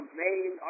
main